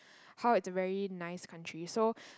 how it's a very nice country so